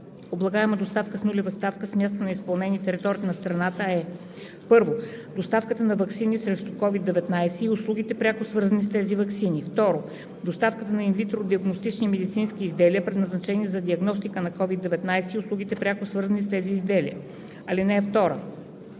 Облагаема доставка с нулева ставка с място на изпълнение на територията на страната е: 1. доставката на ваксини срещу COVTD-19 и услугите, пряко свързани с тези ваксини; 2. доставката на ин витро диагностични медицински изделия, предназначени за диагностика на COVID-19 и услугите, пряко свързани с тези изделия. (2) Алинея 1